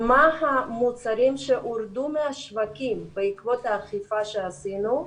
מה המוצרים שהורדו מהשווקים בעקבות האכיפה שעשינו.